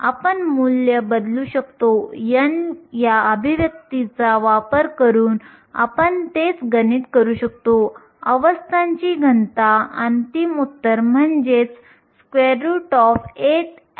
तर आपली अभिव्यक्ती अशी आहे आपल्याला ही सर्व मूल्ये Nc Nv Ec Ev माहित आहेत आपण छिद्रांमधील इलेक्ट्रॉनच्या प्रमाणाची गणना करू शकतो